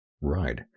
Right